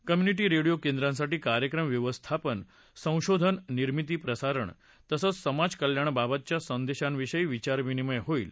community radio केंद्रांसाठी कार्यक्रम व्यवस्थापन संशोधन निर्मिती प्रसारण तसंच समाजकल्याणाबाबतच्या संदेशांविषयी विचार विनिमय होईल